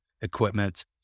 equipment